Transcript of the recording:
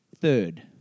Third